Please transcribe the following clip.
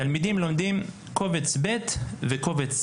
תלמידים לומדים קובץ ב' וקובץ ז'.